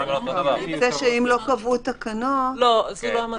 זה שאם לא קבעו תקנות --- לא, זו לא המטרה.